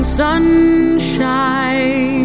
sunshine